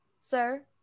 sir